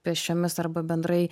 pėsčiomis arba bendrai